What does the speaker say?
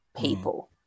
people